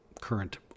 current